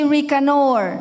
Ricanor